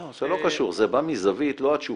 לא, זה לא קשור, זה בא מזווית לא הצ'ופר,